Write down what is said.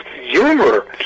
humor